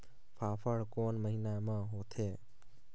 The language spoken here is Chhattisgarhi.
फाफण कोन महीना म होथे?